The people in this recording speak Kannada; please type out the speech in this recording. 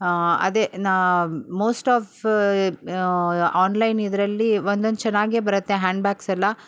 ಅದೇ ಮೋಸ್ಟ್ ಆಫ್ ಆನ್ಲೈನ್ ಇದ್ರಲ್ಲಿ ಒಂದೊಂದು ಚೆನ್ನಾಗೇ ಬರುತ್ತೆ ಹ್ಯಾಂಡ್ ಬ್ಯಾಗ್ಸೆಲ್ಲ